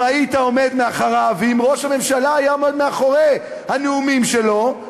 אם היית עומד מאחוריו ואם ראש הממשלה היה עומד מאחורי הנאומים שלו,